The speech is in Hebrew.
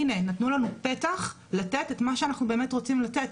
הנה נתנו לנו פתח לתת את מה שאנחנו באמת רוצים לתת,